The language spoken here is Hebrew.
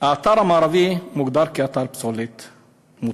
האתר המערבי מוגדר כאתר פסולת מוצקה.